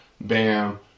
bam